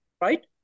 Right